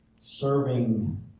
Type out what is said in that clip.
serving